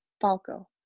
Falco